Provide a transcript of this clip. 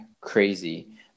crazy